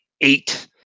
eight